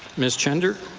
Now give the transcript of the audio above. ms. chender.